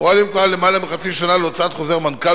פועלים כבר למעלה מחצי שנה להוצאת חוזר מנכ"ל